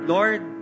Lord